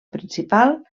principal